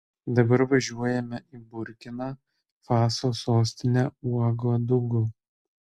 dabar važiuojame į burkina faso sostinę uagadugu